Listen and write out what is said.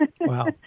Wow